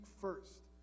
first